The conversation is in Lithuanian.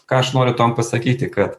ką aš noriu tuom pasakyti kad